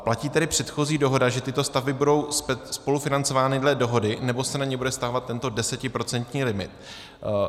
Platí tedy předchozí dohoda, že tyto stavby budou spolufinancovány dle dohody, nebo se na ně bude vztahovat tento desetiprocentní limit?